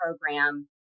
program